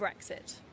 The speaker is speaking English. Brexit